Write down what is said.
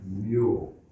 mule